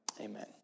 Amen